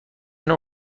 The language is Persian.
نوع